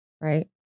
Right